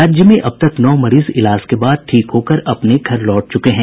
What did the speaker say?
राज्य में अब तक नौ मरीज इलाज के बाद ठीक होकर अपने घर लौट चुके हैं